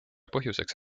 põhjuseks